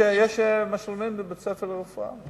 יש מה שלומדים בבית-ספר לרפואה.